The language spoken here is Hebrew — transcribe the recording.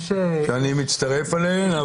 אני מצטרף אליהן.